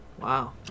Wow